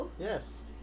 Yes